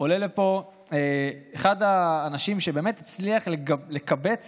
עולה לפה אחד האנשים שבאמת הצליח לקבץ